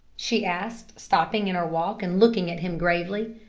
she asked, stopping in her walk and looking at him gravely.